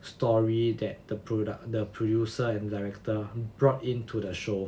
story that the product the producer and director brought into the show